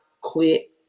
quit